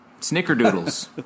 Snickerdoodles